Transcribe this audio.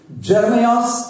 Jeremiah